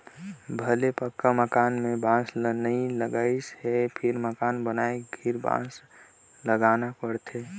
भले पक्का मकान में बांस ल नई लगईंन हे फिर मकान बनाए घरी बांस लगाना पड़थे